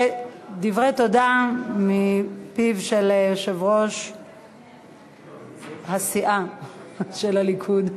דברי תודה מפיו של יושב-ראש סיעת הליכוד,